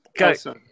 Okay